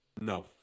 No